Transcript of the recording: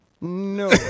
No